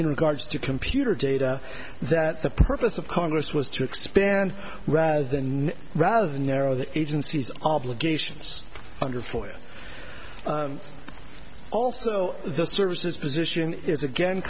in regards to computer data that the purpose of congress was to expand rather than rather than narrow the agency's obligations under for it also the services position is again